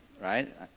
right